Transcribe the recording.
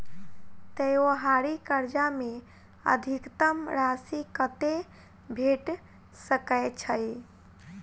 त्योहारी कर्जा मे अधिकतम राशि कत्ते भेट सकय छई?